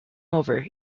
over